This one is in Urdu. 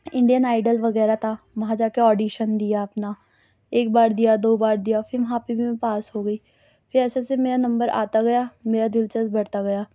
انڈین آئیڈل وغیرہ تھا وہاں جا کے آڈیشن دیا اپنا ایک بار دیا دو بار دیا پھر وہاں پہ بھی میں پاس ہو گئی پھر ایسے ایسے میرا نمبر آتا گیا میرا دلچسپ بڑھتا گیا